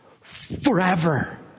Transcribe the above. forever